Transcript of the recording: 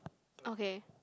okay